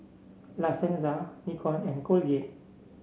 La Senza Nikon and Colgate